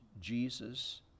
Jesus